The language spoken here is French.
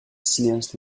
cinéaste